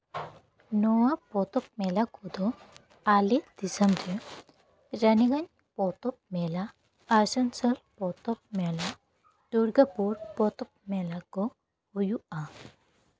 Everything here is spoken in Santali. ᱱᱚᱣᱟ ᱯᱚᱛᱚᱵ ᱢᱮᱞᱟ ᱠᱚᱫᱚ ᱟᱞᱮ ᱫᱚᱥᱚᱢ ᱨᱮ ᱨᱟᱱᱤᱜᱚᱸᱡᱽ ᱯᱚᱛᱚᱵ ᱢᱮᱞᱟ ᱟᱥᱟᱱᱥᱳᱞ ᱯᱚᱛᱚᱵ ᱢᱮᱞᱟ ᱫᱩᱨᱜᱟᱹᱯᱩᱨ ᱯᱚᱛᱚᱵ ᱢᱮᱞᱟ ᱠᱚ ᱦᱩᱭᱩᱜᱼᱟ